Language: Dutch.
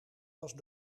was